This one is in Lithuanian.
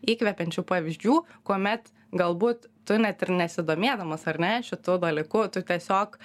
įkvepiančių pavyzdžių kuomet galbūt tu net ir nesidomėdamas ar ne šitu dalyku tu tiesiog